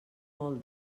molt